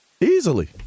easily